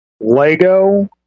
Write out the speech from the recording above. Lego